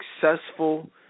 successful